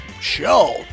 show